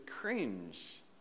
cringe